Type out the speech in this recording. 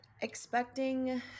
expecting